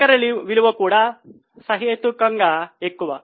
నికర విలువ కూడా సహేతుకంగా ఎక్కువ